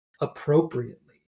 appropriately